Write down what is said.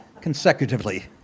Consecutively